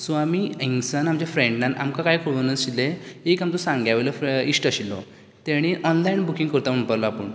so आमी हिंगसान आमच्या फ्रेंडान आमकां कांय कळुनाशिल्लें एक आमचो सांग्या वयलो फ्रे इश्ट आशिल्लो तेणी ऑनलायन बुकींग करता म्हणपाक लागलो आपूण